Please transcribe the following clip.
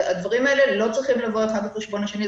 הדברים האלה לא צריכים לבוא האחד על חשבון השני.